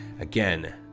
Again